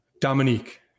Dominique